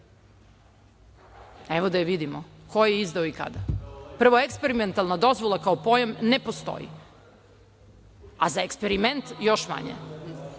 Evo da je vidimo, ko je izdao i kada. Prvo, eksperimentalna dozvola kao pojam ne postoji, a za eksperiment još manje.